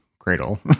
Cradle